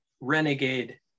Renegade